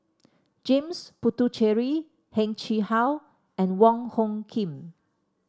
James Puthucheary Heng Chee How and Wong Hung Khim